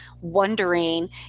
wondering